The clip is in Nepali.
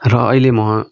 र अहिले म